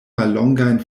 mallongajn